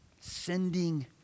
sending